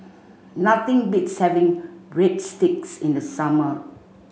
nothing beats having Breadsticks in the summer